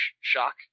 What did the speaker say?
shock